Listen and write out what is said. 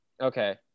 Okay